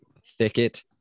thicket